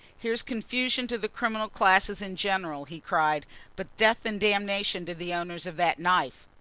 here's confusion to the criminal classes in general, he cried but death and damnation to the owners of that knife!